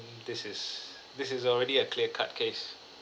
mm this is this is already a clear-cut case